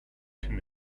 can